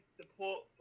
support